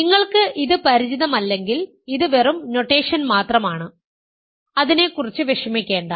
നിങ്ങൾക്ക് ഇത് പരിചിതമല്ലെങ്കിൽ ഇത് വെറും നൊട്ടേഷൻ മാത്രമാണ് അതിനെക്കുറിച്ച് വിഷമിക്കേണ്ട